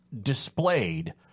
displayed